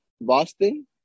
Boston